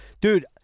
Dude